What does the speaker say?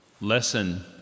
lesson